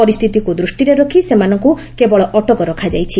ପରିସ୍ଥିତିକୁ ଦୃଷ୍ଟିରେ ରଖି ସେମାନଙ୍କୁ କେବଳ ଅଟକ ରଖାଯାଇଛି